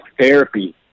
Therapy